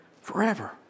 forever